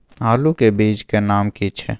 आलू के बीज के नाम की छै?